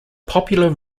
popular